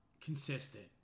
consistent